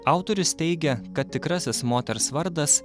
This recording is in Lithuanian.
autorius teigia kad tikrasis moters vardas